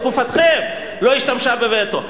בתקופתכם, לא השתמשה בווטו.